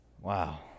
Wow